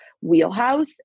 wheelhouse